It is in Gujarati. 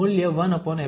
તેથી આ 1𝜖 છે